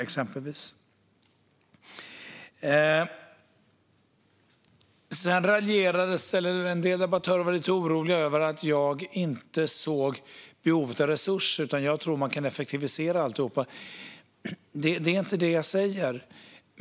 En del debattörer var lite oroliga över att jag inte skulle se behovet av resurser utan skulle tro att man kan effektivisera alltihop. Det är inte det jag säger.